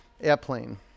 Airplane